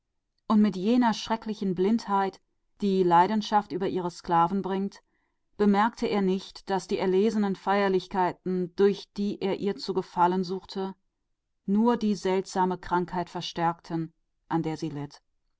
und mit jener furchtbaren blindheit die die leidenschaft über ihre diener bringt hatte er nicht bemerkt daß die großartigen zeremonien durch die er sie zu erheitern suchte die seltsame krankheit nur verstärkten unter der sie litt